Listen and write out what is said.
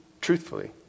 truthfully